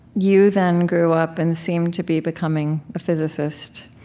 you then grew up and seemed to be becoming a physicist.